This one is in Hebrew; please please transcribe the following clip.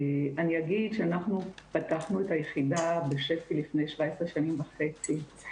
אני אגיד שאנחנו פתחנו את היחידה בשפ"י לפני 17 שנים וחצי,